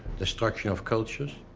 destruction of cultures,